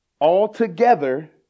Altogether